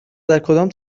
درکدام